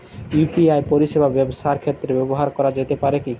UPI পরিষেবা ব্যবসার ক্ষেত্রে ব্যবহার করা যেতে পারে কি?